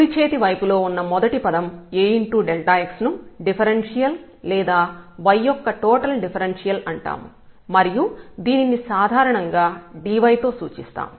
కుడి చేతి వైపు లో ఉన్న మొదటి పదం Ax ను డిఫరెన్షియల్ లేదా y యొక్క టోటల్ డిఫరెన్షియల్ అంటాము మరియు దీనిని సాధారణంగా dy తో సూచిస్తాము